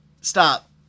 stop